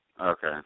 Okay